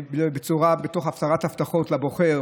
תוך הפרת הבטחות לבוחר,